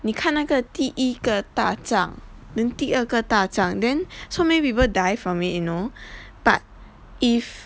你看那个第一个大战 then 第二个大战 then so many people die from it you know but if